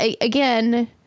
Again